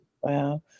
Wow